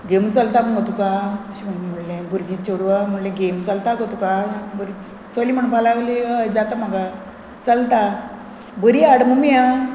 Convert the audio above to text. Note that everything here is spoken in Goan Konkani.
गेम चलता मुगो तुका अशें म्हणलें भुरगीं चेडवां म्हणलें गेम चलता गो तुका चली म्हणपा लागली हय जाता म्हाका चलता बरी हाड मम्मी आं